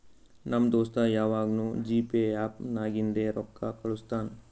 ನಮ್ ದೋಸ್ತ ಯವಾಗ್ನೂ ಜಿಪೇ ಆ್ಯಪ್ ನಾಗಿಂದೆ ರೊಕ್ಕಾ ಕಳುಸ್ತಾನ್